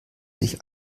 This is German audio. sich